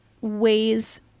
ways